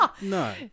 No